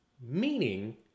Meaning